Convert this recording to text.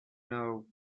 know